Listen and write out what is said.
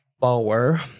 power